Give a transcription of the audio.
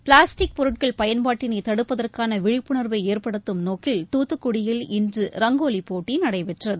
plastic பொருட்கள் பயன்பாட்டினை தடுப்பதற்கான விழிப்புணர்வை ஏற்படுத்தும் நோக்கில் தூத்துக்குடியில் இன்று ரங்கோலிப் போட்டி நடைபெற்றது